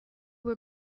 were